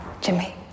Jimmy